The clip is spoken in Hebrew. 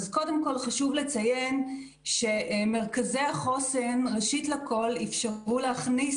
חשוב לציין שמרכזי החוסן אפשרו להכניס